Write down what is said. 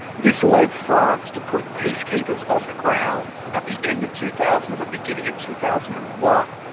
this led france to put peacekeepers on the ground at the end of two thousand, and the beginning of two thousand and one.